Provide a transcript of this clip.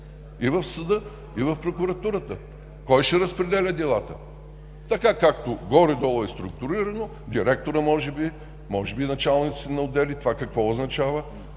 И в съда, и в прокуратурата. Кой ще разпределя делата? Така както горе-долу е структурирано, директорът може би, може би началниците на отдели. Това какво означава?